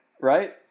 Right